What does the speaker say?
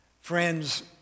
friends